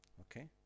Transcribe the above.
Okay